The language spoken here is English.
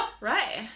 Right